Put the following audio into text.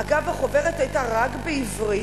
אגב, החוברת היתה רק בעברית.